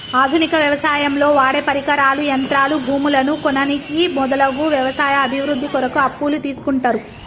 ఆధునిక వ్యవసాయంలో వాడేపరికరాలు, యంత్రాలు, భూములను కొననీకి మొదలగు వ్యవసాయ అభివృద్ధి కొరకు అప్పులు తీస్కుంటరు